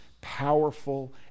powerful